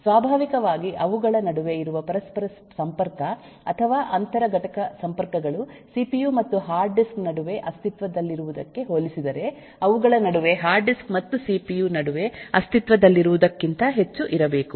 ಸ್ವಾಭಾವಿಕವಾಗಿ ಅವುಗಳ ನಡುವೆ ಇರುವ ಪರಸ್ಪರ ಸಂಪರ್ಕ ಅಥವಾ ಅಂತರ ಘಟಕ ಸಂಪರ್ಕಗಳು ಸಿಪಿಯು ಮತ್ತು ಹಾರ್ಡ್ ಡಿಸ್ಕ್ ನಡುವೆ ಅಸ್ತಿತ್ವದಲ್ಲಿರುವುದಕ್ಕೆ ಹೋಲಿಸಿದರೆ ಅವುಗಳ ನಡುವೆ ಹಾರ್ಡ್ ಡಿಸ್ಕ್ ಮತ್ತು ಸಿಪಿಯು ನಡುವೆ ಅಸ್ತಿತ್ವದಲ್ಲಿರುವುದಕ್ಕಿಂತ ಹೆಚ್ಚು ಇರಬೇಕು